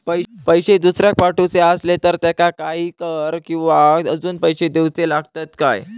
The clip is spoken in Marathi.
पैशे दुसऱ्याक पाठवूचे आसले तर त्याका काही कर किवा अजून पैशे देऊचे लागतत काय?